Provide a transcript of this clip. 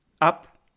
Up